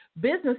business